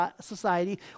Society